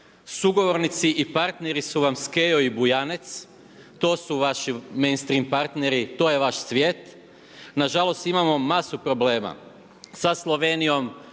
sugovornici i partneri su vam Skejo i Bujanec, to su vaši mainstream partneri, to je vaš svijet. Nažalost imamo masu problema sa Slovenijom,